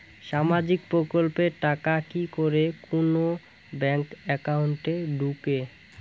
সামাজিক প্রকল্পের টাকা কি যে কুনো ব্যাংক একাউন্টে ঢুকে?